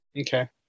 Okay